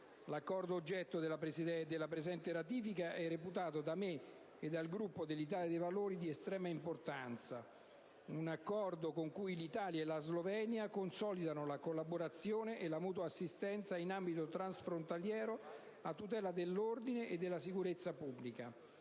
L'Accordo oggetto della presente ratifica è reputato da me e dal Gruppo dell'Italia dei Valori di estrema importanza. Un Accordo con cui l'Italia e la Slovenia consolidano la collaborazione e la mutua assistenza in ambito transfrontaliero, a tutela dell'ordine e della sicurezza pubblica.